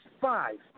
Five